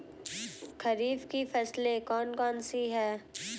खरीफ की फसलें कौन कौन सी हैं?